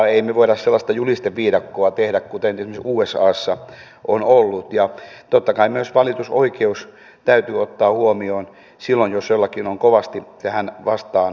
emme me voi sellaista julisteviidakkoa tehdä kuin esimerkiksi usassa on ollut ja totta kai myös valitusoikeus täytyy ottaa huomioon silloin jos jollakin on kovasti tähän vastaan panemista